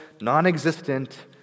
non-existent